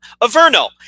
Averno